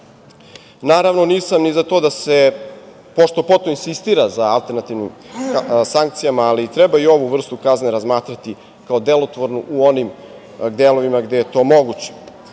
radnjama. Naravno, nisam ni za to da se pošto-poto insistira za alternativnim sankcijama, ali treba i ovu vrstu kazne razmatrati kao delotvornu u onim delovima gde je to